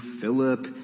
Philip